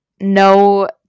No